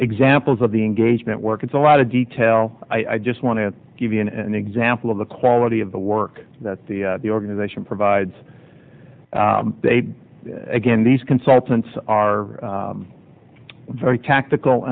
examples of the engagement work it's a lot of detail i just want to give you an example of the quality of the work that the the organization provides they again these consultants are very tactical